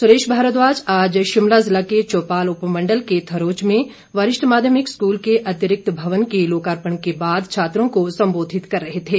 सुरेश भारद्वाज आज शिमला जिला के चौपाल उपमंडल के थरोच में वरिष्ठ माध्यमिक स्कूल के अतिरिक्त भवन के लोकार्पण के बाद छात्रों को संबोधित कर रहे थे